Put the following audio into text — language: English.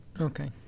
Okay